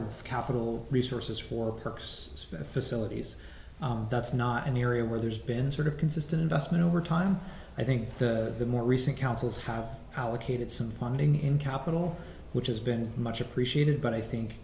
of capital resources for purse facilities that's not an area where there's been sort of consistent investment over time i think the more recent councils have allocated some funding in capital which has been much appreciated but i think